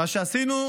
מה שעשינו,